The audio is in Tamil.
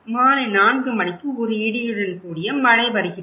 மாலை 4 மணிக்கு ஒரு இடியுடன் கூடிய மழை வருகிறது